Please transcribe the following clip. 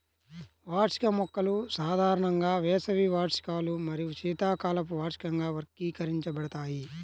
వార్షిక మొక్కలు సాధారణంగా వేసవి వార్షికాలు మరియు శీతాకాలపు వార్షికంగా వర్గీకరించబడతాయి